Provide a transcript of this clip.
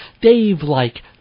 Dave-like